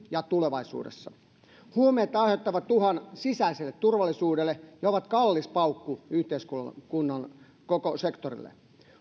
ja tulevaisuudessa huumeet aiheuttavat uhan sisäiselle turvallisuudelle ja ovat kallis paukku yhteiskunnan koko sektorille